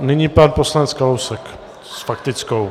Nyní pan poslanec Kalousek s faktickou.